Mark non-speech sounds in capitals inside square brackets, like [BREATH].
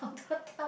[BREATH]